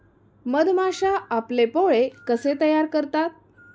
मधमाश्या आपले पोळे कसे तयार करतात?